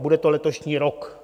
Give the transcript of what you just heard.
Bude to letošní rok.